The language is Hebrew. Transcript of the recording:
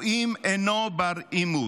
או אם אינו בר-אימוץ.